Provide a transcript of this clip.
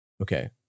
Okay